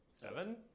seven